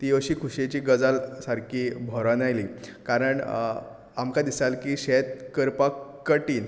ती अशीं खोशयेची गजाल सारकी भरून आयली कारण आमकां दिसतालें की शेत करपाक कठीन